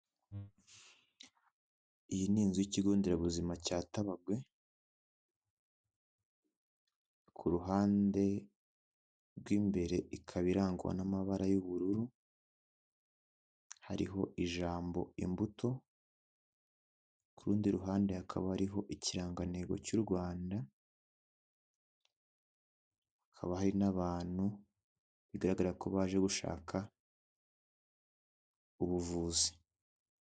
Iyi ni inzu y'ikigo nderabuzima cya Tabagwe, ku ruhande rw'imbere ikaba irangwa n'amabara y'ubururu, hariho ijambo imbuto, ku rundi ruhande hakaba hariho ikirangantego cy'u Rwanda, hakaba hari n'abantu bigaragara ko baje gushaka ubuvuzi.